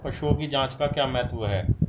पशुओं की जांच का क्या महत्व है?